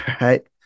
right